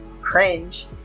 cringe